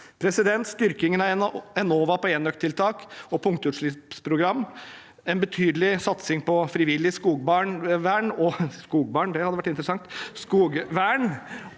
med. Styrkingen av Enova på enøktiltak og punktutslippsprogram, en betydelig satsing på frivillig skogbarn,